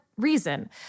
reason